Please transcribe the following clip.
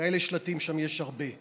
כאלה שלטים שם יש הרבה.